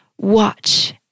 watch